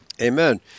Amen